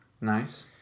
Nice